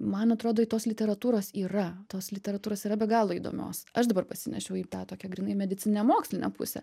man atrodo tos literatūros yra tos literatūros yra be galo įdomios aš dabar pasinešiau į tą tokią grynai medicininę mokslinę pusę